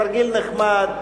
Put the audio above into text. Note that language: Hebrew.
תרגיל נחמד,